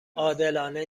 عادلانه